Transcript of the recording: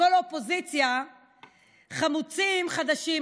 לכל האופוזיציה "חמוצים חדשים",